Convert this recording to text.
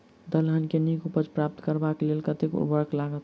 दलहन केँ नीक उपज प्राप्त करबाक लेल कतेक उर्वरक लागत?